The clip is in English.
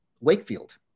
Wakefield